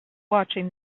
watching